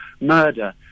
murder